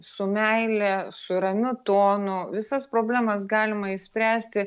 su meile su ramiu tonu visas problemas galima išspręsti